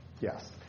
Yes